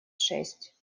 шесть